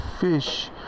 fish